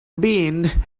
been